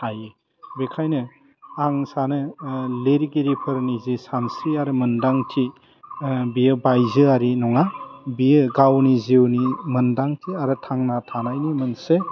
थायो बेखायनो आं सानो लिरगिरिफोरनि जे सानस्रि आरो मोन्दांथि बेयो बायजोआरि नङा बेयो गावनि जिउनि मोन्दांथि आरो थांना थानायनि मोनसे